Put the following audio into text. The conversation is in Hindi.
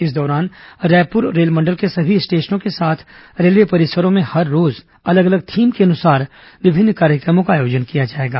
इस दौरान रायपुर रेलमंडल के सभी स्टेशनों के साथ रेलवे परिसरों में हर रोज अलग अलग थीम के अनुसार विभिन्न कार्यक्रमों का आयोजन किया जाएगा